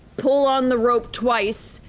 pull on the rope twice,